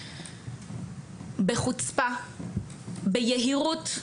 בחוצפה, ביהירות,